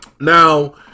Now